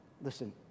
Listen